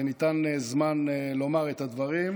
וניתן זמן לומר את הדברים.